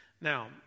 Now